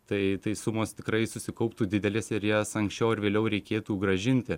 tai tai sumos tikrai susikauptų didelės ir jas anksčiau ar vėliau reikėtų grąžinti